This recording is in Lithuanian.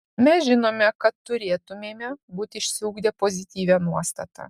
mes žinome kad turėtumėme būti išsiugdę pozityvią nuostatą